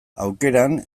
aukeran